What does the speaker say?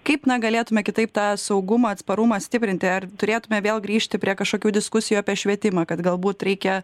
kaip na galėtume kitaip tą saugumą atsparumą stiprinti ar turėtume vėl grįžti prie kažkokių diskusijų apie švietimą kad galbūt reikia